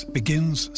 begins